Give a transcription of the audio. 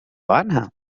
عنها